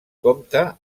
compta